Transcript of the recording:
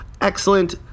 Excellent